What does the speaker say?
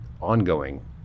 ongoing